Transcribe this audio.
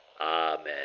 amen